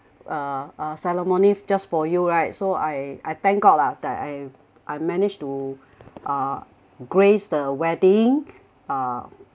uh a ceremony just for you right so I I thank god lah that I've I managed to uh grace the wedding uh